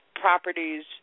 properties